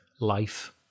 life